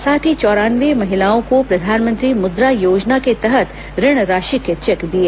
साथ ही चौरानवे महिलाओं को प्रधानमंत्री मुद्रा योजना के तहत ऋण राशि के चेक दिए